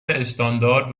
استاندارد